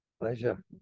Pleasure